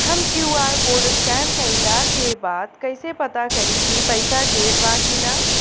हम QR code scan कइला के बाद कइसे पता करि की पईसा गेल बा की न?